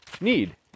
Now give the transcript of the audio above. need